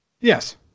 Yes